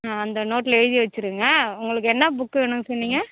ஆ அந்த நோட்டில் எழுதி வைச்சிருங்க உங்களுக்கு என்ன புக்கு வேணும்னு சொன்னீங்க